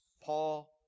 Paul